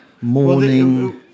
Morning